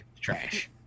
trash